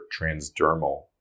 transdermal